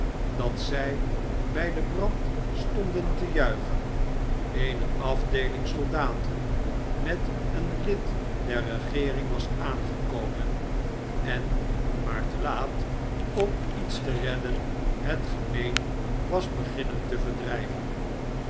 dat terwijl zij bij den brand stonden te juichen eene afdeeling soldaten met een lid der regeering was aangekomen en maar te laat om iets te redden het gemeen was beginnen te verdrijven